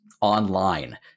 online